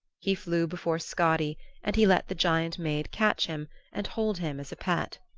he flew before skadi and he let the giant maid catch him and hold him as a pet.